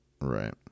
Right